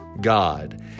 God